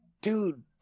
dude